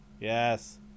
Yes